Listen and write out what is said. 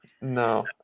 No